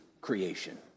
creation